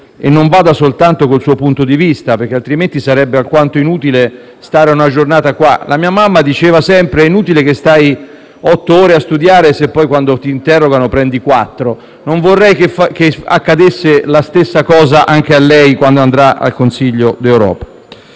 e non vada soltanto con il suo punto di vista, altrimenti sarebbe alquanto inutile stare una giornata qua. Mia mamma diceva sempre: è inutile che stai otto ore a studiare, se poi, quando ti interrogano, prendi quattro. Non vorrei che le accadesse la stessa cosa, quando andrà al Consiglio europeo.